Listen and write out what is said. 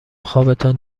خوابتان